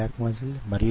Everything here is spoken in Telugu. ఎందుకంటే యిది మీ తరం